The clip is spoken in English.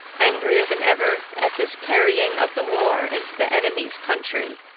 angrier than ever at this carrying of the war into the enemy's country.